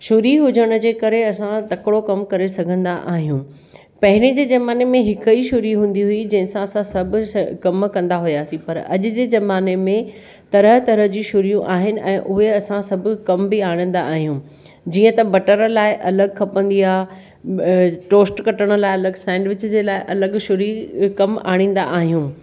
छुरी हुजण जे करे असां तकिड़ो कमु करे सघंदा आहियूं पहिरें जे ज़माने में हिकु ई छुरी हूंदी हुई जंहिंसां असां सभु कमु कंदा हुआसीं पर अॼ जे ज़माने में तरह तरह जू छुरियूं आहिनि ऐं उहे असां सभु कम बि आणंदा आहियूं जीअं त बटर लाइ अलॻि खपंदी आहे टोस्ट कटण लाइ अलॻि सेंडविच जे लाइ अलॻि छुरी कमु आड़ींदा आहियूं